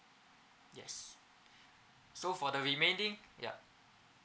yes so for the remaining yup